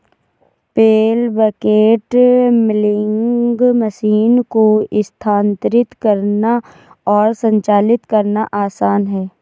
पेल bucket milking machine को स्थानांतरित करना और संचालित करना आसान है